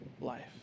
life